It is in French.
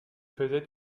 faisait